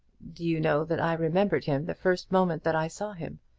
do you know that i remembered him the first moment that i saw him.